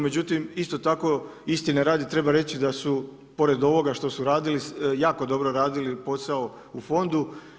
Međutim, isto tako istine radi treba reći da su pored ovoga što su radili jako dobro radili posao u fondu.